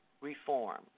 reform